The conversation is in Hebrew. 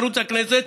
ערוץ הכנסת,